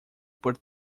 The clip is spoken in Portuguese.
por